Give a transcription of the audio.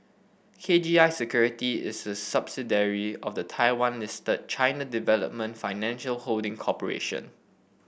K G I Security is a of the Taiwan listed China Development Financial Holding Corporation